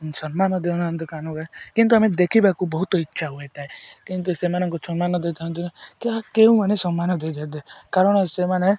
ସମ୍ମାନ ଦେଇ ନ ଥାନ୍ତି କିନ୍ତୁ ଆମେ ଦେଖିବାକୁ ବହୁତ ଇଚ୍ଛା ହେଇଥାଏ କିନ୍ତୁ ସେମାନଙ୍କୁ ସମ୍ମାନ ଦେଇଥାନ୍ତି ନାହା କେଉଁମାନେ ସମ୍ମାନ ଦେଇଥାନ୍ତି କାରଣ ସେମାନେ